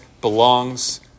belongs